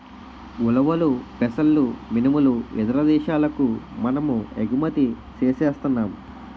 ఉలవలు పెసలు మినుములు ఇతర దేశాలకు మనము ఎగుమతి సేస్తన్నాం